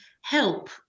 help